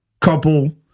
couple